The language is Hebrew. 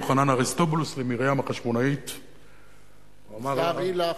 יוחנן אריסטובולוס למרים החשמונאית: היזהרי לך,